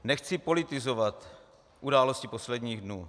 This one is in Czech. Nechci politizovat události posledních dnů.